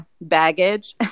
baggage